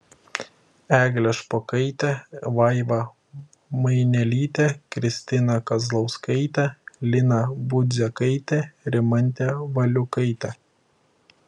eglę špokaitę vaivą mainelytę kristiną kazlauskaitę liną budzeikaitę rimantę valiukaitę